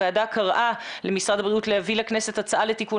הוועדה קראה למשרד הבריאות להביא לכנסת הצעה לתיקון